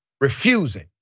refusing